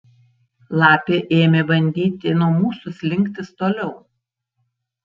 lapė ėmė bandyti nuo mūsų slinktis toliau